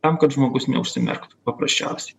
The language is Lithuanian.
tam kad žmogus neužsimerktų paprasčiausiai